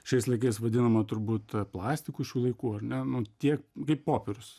šiais laikais vadinama turbūt plastiku šių laikų ar ne nu tiek kaip popierius